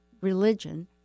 religion